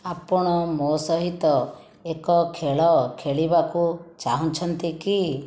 ଆପଣ ମୋ' ସହିତ ଏକ ଖେଳ ଖେଳିବାକୁ ଚାହୁଁଛନ୍ତି କି